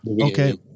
Okay